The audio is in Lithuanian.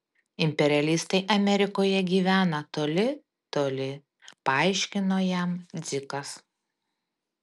imperialistai amerikoje gyvena toli toli paaiškino jam dzikas